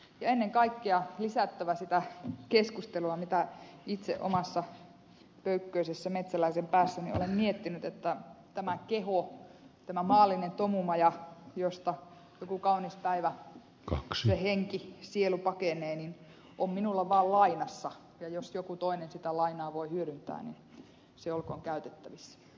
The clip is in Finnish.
ennen kaikkea on lisättävä sitä keskustelua mitä itse omassa pöykköisessä metsäläisen päässäni olen miettinyt että tämä keho tämä maallinen tomumaja josta joku kaunis päivä se henki sielu pakenee on minulla vaan lainassa ja jos joku toinen sitä lainaa voi hyödyntää niin se olkoon käytettävissä